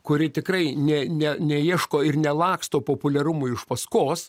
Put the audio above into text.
kuri tikrai ne ne neieško ir nelaksto populiarumui iš paskos